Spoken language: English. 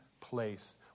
place